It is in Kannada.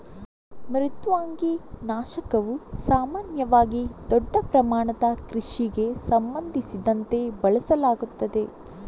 ಮೃದ್ವಂಗಿ ನಾಶಕವು ಸಾಮಾನ್ಯವಾಗಿ ದೊಡ್ಡ ಪ್ರಮಾಣದ ಕೃಷಿಗೆ ಸಂಬಂಧಿಸಿದಂತೆ ಬಳಸಲಾಗುತ್ತದೆ